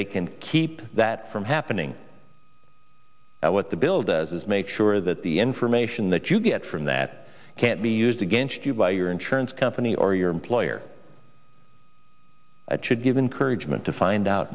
they can keep that from happening and what the bill does is make sure that the information that you get from that can't be used against you by your insurance company or your employer at should give encouragement to find out